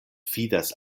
fidas